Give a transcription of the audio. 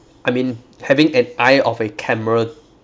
I mean having an eye of a camera